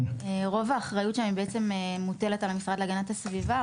רוב האחריות שם היא בעצם מוטלת על המשרד להגנת הסביבה.